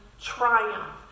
triumph